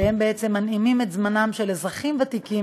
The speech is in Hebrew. שבעצם מנעימים את זמנם של אזרחים ותיקים